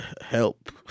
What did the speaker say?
help